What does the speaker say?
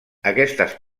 aquestes